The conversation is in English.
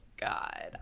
god